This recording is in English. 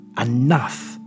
enough